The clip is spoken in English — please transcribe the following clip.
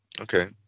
Okay